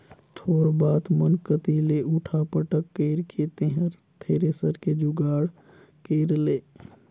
थोर बात मन कति ले उठा पटक कइर के तेंहर थेरेसर के जुगाड़ कइर ले